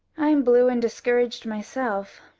i'm blue and discouraged myself,